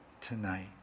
tonight